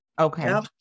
Okay